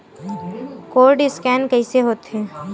Code scan कइसे होथे?